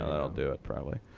ah that'll do it probably.